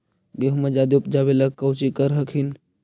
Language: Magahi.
गेहुमा जायदे उपजाबे ला कौची कर हखिन?